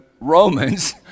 Romans